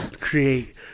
create